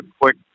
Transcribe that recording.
quick